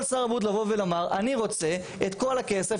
יכול שר הבריאות לומר שהוא רוצה את כל הכסף